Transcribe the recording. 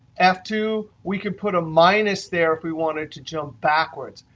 f two, we can put a minus there if we wanted to jump backwards.